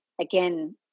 again